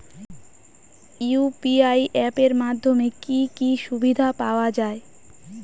UPI app এর মাধ্যমে কি কি সুবিধা পাওয়া যায়?